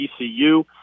ECU